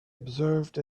observed